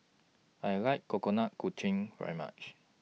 I like Coconut very much